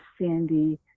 Sandy